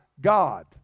God